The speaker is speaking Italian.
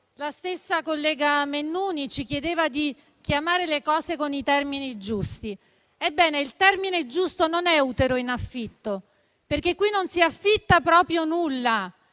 la stessa collega Mennuni ci chiedeva di chiamare le cose con i termini giusti. Ebbene, il termine giusto non è utero in affitto, perché qui non si affitta proprio nulla.